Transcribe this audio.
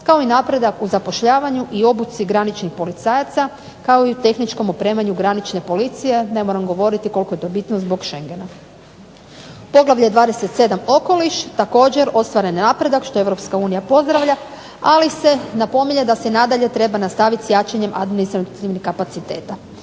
kao i napredak u zapošljavanju i obuci graničnih policajaca kao i u tehničkom opremanju granične policije. Ne moram govoriti koliko je to bitno zbog Schengena. Poglavlje 27. – Okoliš također ostvaren napredak, što EU pozdravlja, ali se napominje da se i nadalje treba nastaviti s jačanjem administrativnih kapaciteta.